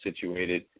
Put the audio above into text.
situated